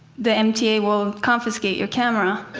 the mta will confiscate your camera.